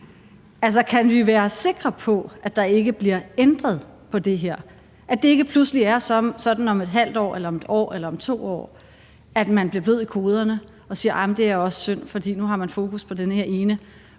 kan vi være sikre på, at der ikke bliver ændret på det her, og at det ikke pludselig er sådan om et halvt år eller om et år eller om 2 år, at man bliver blød i koderne og siger: jamen det er også synd, for nu har man fokus på den her ene